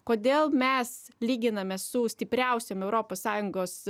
kodėl mes lyginame su stipriausiom europos sąjungos